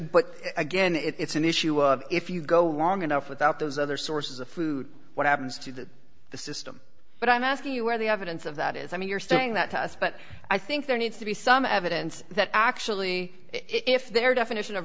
but again it's an issue of if you go long enough without those other sources of food what happens to that the system but i'm asking you where the evidence of that is i mean you're saying that to us but i think there needs to be some evidence that actually if their definition of